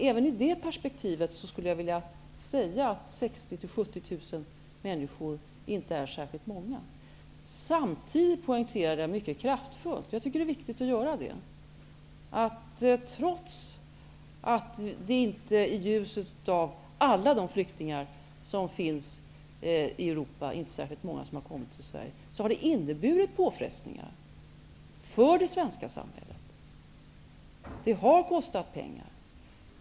Även i detta perspektiv menar jag att 60 000-- 70 000 människor inte är särskilt många. Jag vill poängtera detta mycket kraftfullt. Det är viktigt att göra detta. I ljuset av detta är det trots allt inte är särskilt många av alla de flyktingar som finns i Europa som kommit till Sverige. Men det har inneburit påfrestningar för det svenska samhället. Det har kostat pengar.